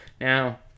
Now